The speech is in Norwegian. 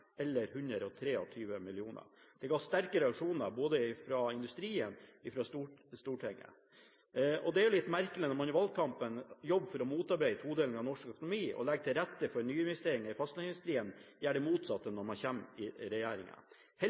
Det ga sterke reaksjoner, både fra industrien og fra Stortinget. Det er litt merkelig at når man i valgkampen jobber for å motarbeide todelingen av norsk økonomi og legger til rette for nyinvesteringer i fastlandsindustrien, så gjør man det motsatte når man kommer i